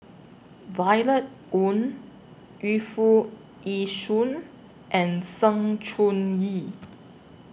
Violet Oon Yu Foo Yee Shoon and Sng Choon Yee